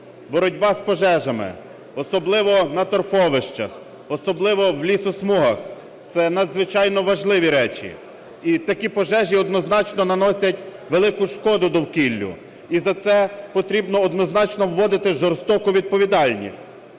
Боротьба з пожежами, особливо на торфовищах, особливо в лісосмугах, це надзвичайно важливі речі, і такі пожежі однозначно наносять велику шкоду довкіллю. І за це потрібно однозначно вводити жорстоку відповідальність.